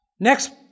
Next